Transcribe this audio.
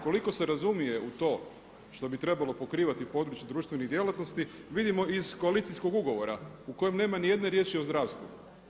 Koliko se razumije u to što bi trebalo pokrivati područje društvenih djelatnosti vidimo iz koalicijskog ugovora u kojem nema ni jedne riječi o zdravstvu.